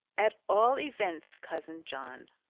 at all events, cousin john,